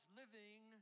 living